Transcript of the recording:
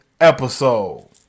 episode